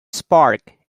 spark